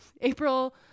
April